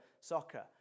soccer